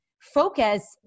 focus